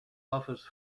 offers